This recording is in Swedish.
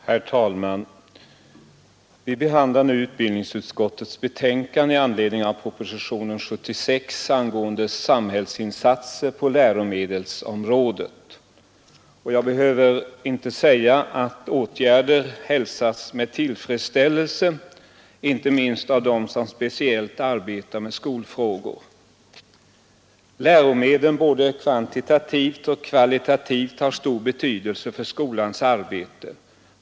Herr talman! Vi behandlar nu utbildningsutskottets betänkande i anledning av proposition 76 angående samhällsinsatser på läromedelsområdet. Jag behöver inte säga att dessa åtgärder hälsas med tillfredsställelse, inte minst av dem som speciellt arbetar med skolfrågorna. Läromedlen har stor betydelse, båda kvantitativt och kvalitativt, för skolans arbete.